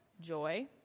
joy